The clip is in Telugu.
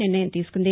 నిర్ణయం తీసుకుంది